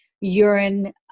urine